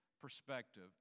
perspective